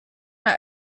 are